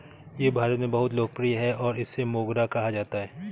यह भारत में बहुत लोकप्रिय है और इसे मोगरा कहा जाता है